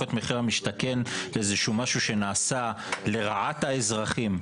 את מחיר למשתכן לאיזה שהוא משהו שנעשה לרעת האזרחים.